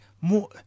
more